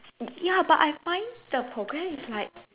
ya but I find the program is like